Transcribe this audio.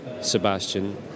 Sebastian